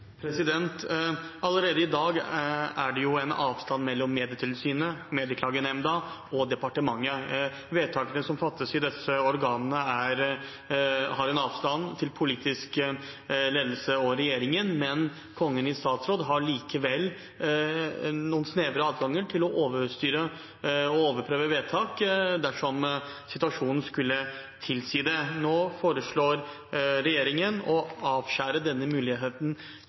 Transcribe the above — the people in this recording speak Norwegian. Allerede i dag er det en avstand mellom Medietilsynet, Medieklagenemnda og departementet. Vedtakene som fattes i disse organene, har en avstand til politisk ledelse og regjeringen, men Kongen i statsråd har likevel noen snevre adganger til å overstyre og overprøve vedtak dersom situasjonen skulle tilsi det. Nå foreslår regjeringen å avskjære denne muligheten